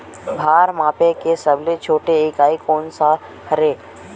भार मापे के सबले छोटे इकाई कोन सा हरे?